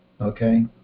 Okay